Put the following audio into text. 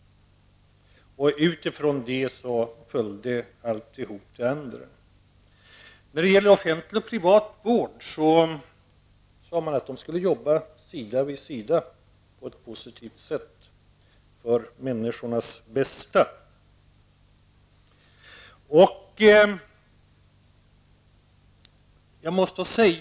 Utifrån detta följde alltihop det andra. När det gäller offentlig och privat vård sade man att de skulle jobba sida vid sida på ett positivt sätt för människornas bästa.